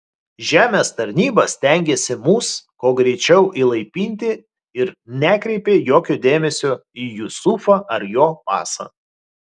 žemės tarnyba stengėsi mus kuo greičiau įlaipinti ir nekreipė jokio dėmesio į jusufą ar jo pasą